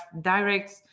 direct